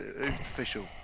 official